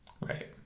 right